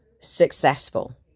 successful